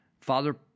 Father